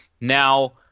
Now